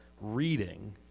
reading